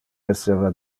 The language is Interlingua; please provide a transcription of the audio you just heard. esseva